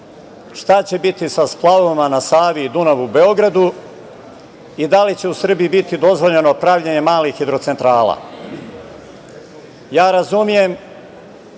šta će biti sa splavovima na Savi i Dunavu u Beogradu i da li će u Srbiji biti dozvoljeno pravljenje malih hidrocentrala. Razumem